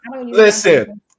Listen